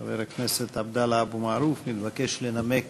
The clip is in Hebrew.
חבר הכנסת עבדאללה אבו מערוף מתבקש לנמק